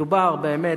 מדובר באמת,